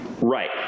right